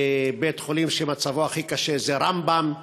ובית-החולים שמצבו הכי קשה הוא רמב"ם.